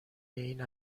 این